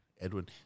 Edwin